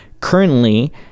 Currently –